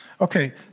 Okay